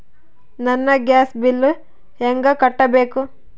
ನನ್ನ gas bill ಹೆಂಗ ಕಟ್ಟಬೇಕು?